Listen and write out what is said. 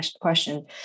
question